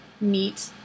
meet